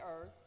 earth